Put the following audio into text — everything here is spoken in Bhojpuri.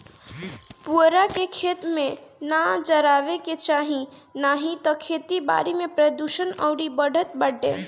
पुअरा के, खेत में ना जरावे के चाही नाही तअ खेती बारी में प्रदुषण अउरी बढ़त बाटे